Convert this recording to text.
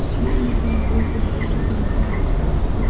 we meet on a weekly basis and and discuss so